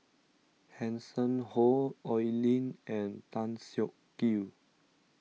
Hanson Ho Oi Lin and Tan Siak Kew